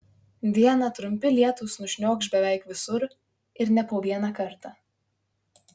dieną trumpi lietūs nušniokš beveik visur ir ne po vieną kartą